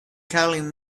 calling